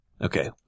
okay